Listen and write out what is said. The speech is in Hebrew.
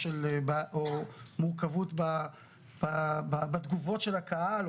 או מורכבות בתגובות של הקהל.